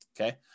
okay